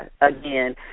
again